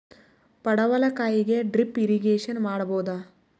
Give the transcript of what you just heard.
ಪಡವಲಕಾಯಿಗೆ drip irrigation ಮಾಡಬೋದ?